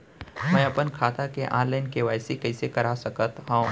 मैं अपन खाता के ऑनलाइन के.वाई.सी कइसे करा सकत हव?